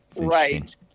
Right